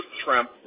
shrimp